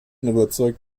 überzeugt